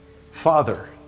Father